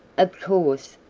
of course,